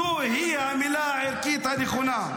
זוהי המילה הערכית הנכונה.